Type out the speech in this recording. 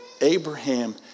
Abraham